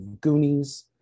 goonies